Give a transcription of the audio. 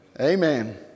Amen